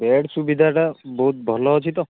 bed ସୁବିଧାଟା ବହୁତ ଭଲ ଅଛି ତ